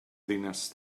ddinas